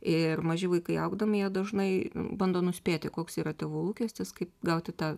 ir maži vaikai augdami jie dažnai bando nuspėti koks yra tėvų lūkestis kaip gauti tą